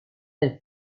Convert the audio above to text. del